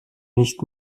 nicht